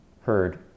heard